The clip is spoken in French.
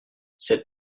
cette